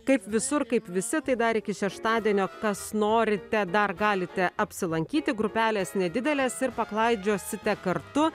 kaip visur kaip visi tai dar iki šeštadienio kas norite dar galite apsilankyti grupelės nedidelės ir paklaidžiosite kartu